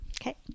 okay